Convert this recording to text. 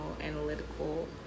analytical